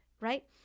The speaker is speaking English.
right